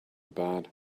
bad